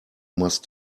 must